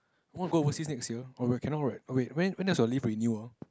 wanna go overseas next year oh wait cannot right oh wait when when does your leave renew ah